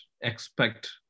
expect